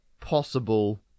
possible